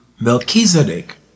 Melchizedek